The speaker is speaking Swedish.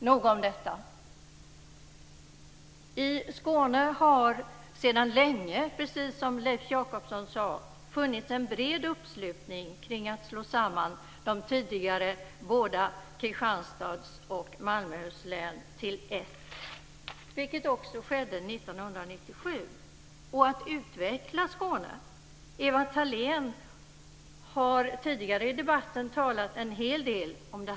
Nog om detta. I Skåne har sedan länge, precis som Leif Jakobsson sade, funnits en bred uppslutning kring att slå samman de tidigare Kristianstad och Malmöhus län till ett län, vilket också skedde 1997, och att utveckla Skåne. Eva Thalén Finné har tidigare i debatten talat en hel del om det.